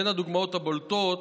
בין הדוגמאות הבולטות,